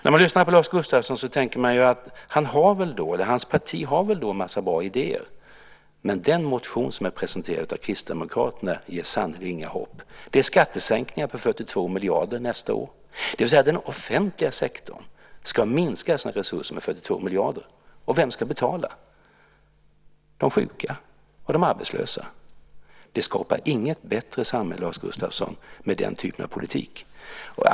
När man lyssnar på Lars Gustafsson tänker man att han eller hans parti väl då har en massa bra idéer, men den motion som har presenterats av Kristdemokraterna ger sannerligen inget hopp. Där föreslås skattesänkningar om 42 miljarder nästa år. Den offentliga sektorn ska alltså minska sina resurser med 42 miljarder, och vem ska betala? De sjuka och de arbetslösa. Det skapas inte något bättre samhälle, Lars Gustafsson, med den typen av politik.